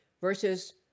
versus